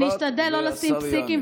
אני אשתדל לא לשים פסיקים,